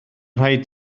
rhaid